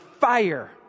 fire